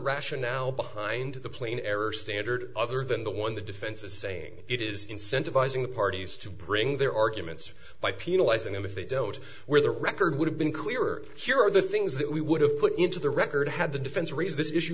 rationale behind the plane error standard other than the one the defense is saying it is incentivizing the parties to bring their arguments by penalizing them if they don't wear the record would have been clearer here are the things that we would have put into the record had the defense raised this issue